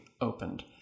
opened